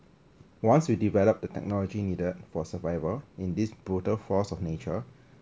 once you develop the technology needed for survival in this brutal force of nature